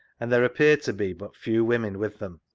and there appeared to be but few women with them.